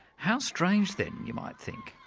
how strange then, you might think,